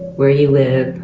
where you lived